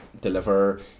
deliver